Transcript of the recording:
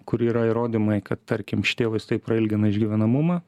kur yra įrodymai kad tarkim šitie vaistai prailgina išgyvenamumą